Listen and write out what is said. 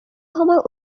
সময়